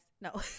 No